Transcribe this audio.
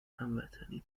هموطنی